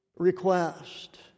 request